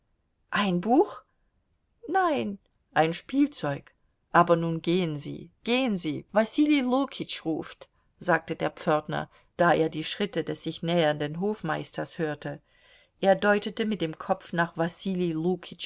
ein buch nein ein spielzeug aber nun gehen sie gehen sie wasili lukitsch ruft sagte der pförtner da er die schritte des sich nähernden hofmeisters hörte er deutete mit dem kopf nach wasili